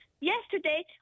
Yesterday